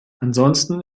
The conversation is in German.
ansonsten